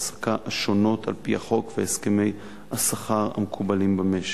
ההעסקה השונות על-פי החוק ולהסכמי השכר המקובלים במשק.